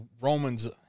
Roman's